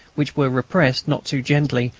which were repressed, not too gently,